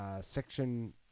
section